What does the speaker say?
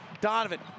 Donovan